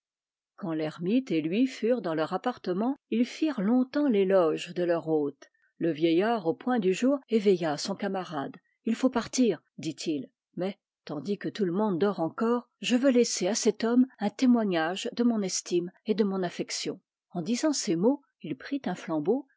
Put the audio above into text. quand l'ermite et lui furent dans leur appartement ils firent long-temps l'éloge de leur hôte le vieillard au point du jour éveilla son camarade il faut partir dit-il mais tandis que tout le monde dort encore je veux laisser à cet homme un témoignage de mon estime et de mon affection en disant ces mots il prit un flambeau